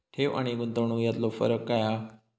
ठेव आनी गुंतवणूक यातलो फरक काय हा?